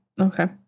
Okay